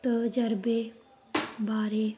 ਤਜਰਬੇ ਬਾਰੇ